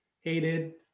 Hated